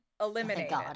eliminated